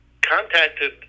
contacted